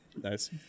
Nice